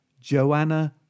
Joanna